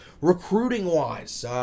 recruiting-wise